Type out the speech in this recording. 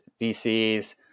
VCs